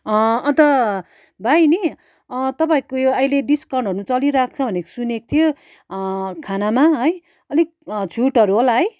अन्त भाइ नि तपाईँको यो अहिले डिस्काउनहरू चलिरहेको छ भनेको सुनेको थियो खानामा है अलिक छुटहरू होला है